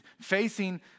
facing